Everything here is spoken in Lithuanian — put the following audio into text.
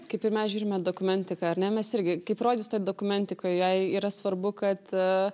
kaip ir mes žiūrime dokumentiką ar ne mes irgi kaip rodys toj dokumentikoj jai yra svarbu kad